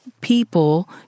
people